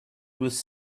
was